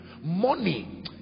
money